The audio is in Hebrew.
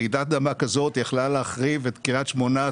רעידת אדמה כזאת יכלה להחריב את קריית שמונה,